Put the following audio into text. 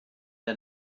der